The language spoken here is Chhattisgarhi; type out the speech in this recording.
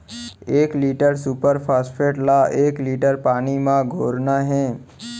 एक लीटर सुपर फास्फेट ला कए लीटर पानी मा घोरना हे?